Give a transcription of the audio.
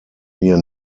mir